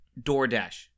DoorDash